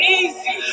easy